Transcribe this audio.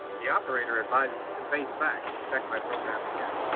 the operator advised me to face facts and check my program again.